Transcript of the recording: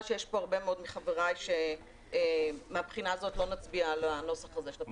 שיש כאן הרבה מאוד מחבריי שלא יצביעו על הנוסח הזה של התקנות.